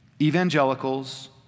Evangelicals